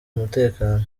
umutekano